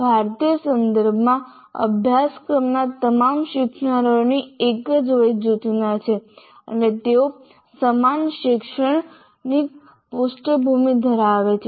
ભારતીય સંદર્ભમાં અભ્યાસક્રમના તમામ શીખનારાઓ એક જ વય જૂથના છે અને તેઓ સમાન શૈક્ષણિક પૃષ્ઠભૂમિ ધરાવે છે